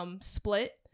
Split